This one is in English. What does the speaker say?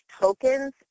tokens